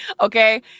Okay